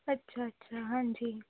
ਅੱਛਾ ਅੱਛਾ ਹਾਂਜੀ